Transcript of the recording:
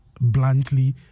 bluntly